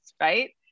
right